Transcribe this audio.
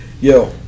Yo